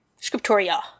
Scriptoria